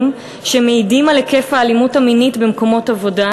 שמעידים על היקף האלימות המינית במקומות עבודה,